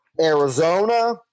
Arizona